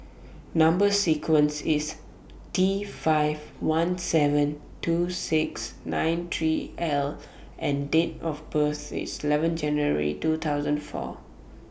Number sequence IS T five one seven two six nine three L and Date of birth IS eleven January two thousand four